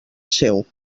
seu